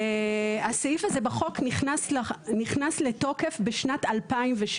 הסעיף הזה בחוק נכנס לתוקף בשנת 2017,